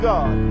God